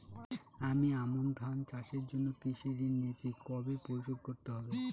আমি আমন ধান চাষের জন্য কৃষি ঋণ নিয়েছি কবে পরিশোধ করতে হবে?